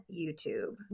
YouTube